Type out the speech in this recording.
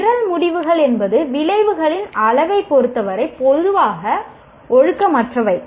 நிரல் முடிவுகள் என்பது விளைவுகளின் அளவைப் பொறுத்தவரை பொதுவாக ஒழுக்கமற்றவை